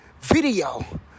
video